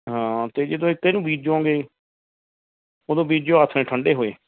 ਹਾਂ ਅਤੇ ਜਦੋਂ ਇੱਕ ਇਹਨੂੰ ਬੀਜੋਗੇ ਉਦੋਂ ਬੀਜਿਓ ਆਥਣੇ ਠੰਡੇ ਹੋਏ